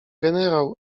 generał